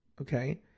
Okay